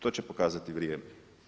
To će pokazati vrijeme.